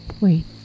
Wait